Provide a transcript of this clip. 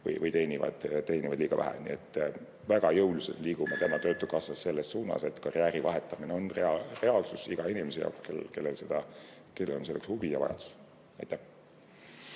või teenivad liiga vähe. Väga jõuliselt liigume täna töötukassas selles suunas, et karjääri vahetamine on reaalsus iga inimese jaoks, kellel on selleks huvi ja vajadus. Aitäh!